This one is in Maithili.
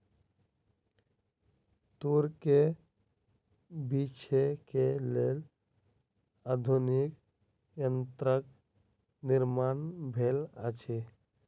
तूर के बीछै के लेल आधुनिक यंत्रक निर्माण भेल अछि